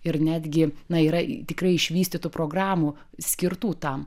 ir netgi na yra tikrai išvystytų programų skirtų tam